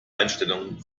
einstellung